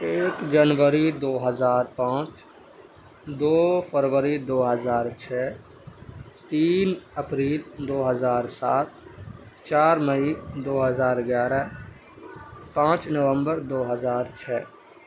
ایک جنوری دو ہزار پانچ دو فروری دو ہزار چھ تین اپریل دو ہزار سات چار مئی دو ہزار گیارہ پانچ نومبر دو ہزار چھ